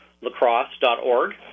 lacrosse.org